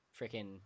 freaking